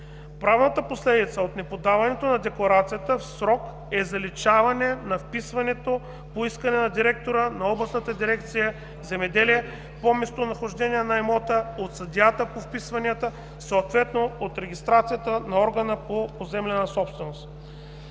Правната последица от неподаването на декларацията в срок е заличаване на вписването по искане на директора на областната дирекция „Земеделие“ по местонахождение на имота от съдията по вписванията, съответно от регистрацията на органа по поземлена собственост.